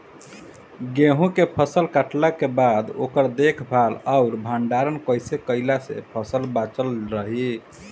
गेंहू के फसल कटला के बाद ओकर देखभाल आउर भंडारण कइसे कैला से फसल बाचल रही?